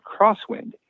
crosswind